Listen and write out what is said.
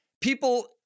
people